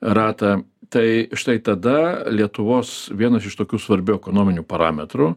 ratą tai štai tada lietuvos vienas iš tokių svarbių ekonominių parametrų